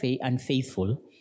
unfaithful